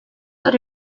hori